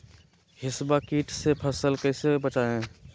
हिसबा किट से फसल को कैसे बचाए?